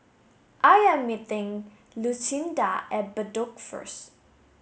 I am meeting Lucinda at Bedok first